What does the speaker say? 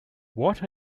what